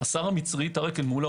השר המצרי טארק אל מולא,